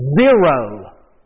Zero